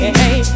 hey